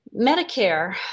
Medicare